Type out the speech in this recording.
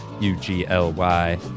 U-G-L-Y